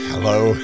Hello